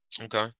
Okay